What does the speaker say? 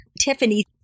Tiffany